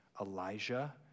Elijah